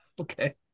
Okay